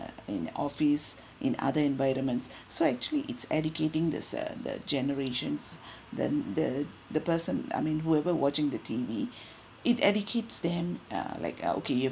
in office in other environments so actually it's educating this uh the generations then the the person I mean whoever watching the T_V it educates them uh like uh okay you've